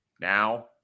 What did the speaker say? now